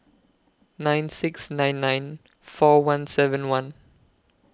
nine six nine nine four one seven one